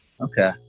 Okay